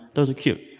those are cute.